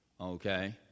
Okay